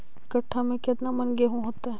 एक कट्ठा में केतना मन गेहूं होतै?